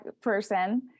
person